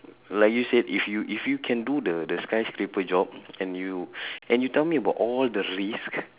like you said if you if you can do the the skyscraper job and you and you tell me about all the risks